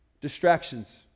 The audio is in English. Distractions